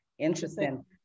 Interesting